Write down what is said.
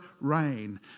reign